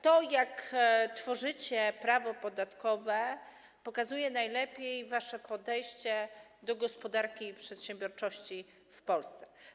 To, jak tworzycie prawo podatkowe, najlepiej pokazuje wasze podejście do gospodarki i przedsiębiorczości w Polsce.